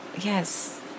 Yes